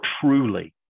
truly